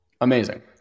Amazing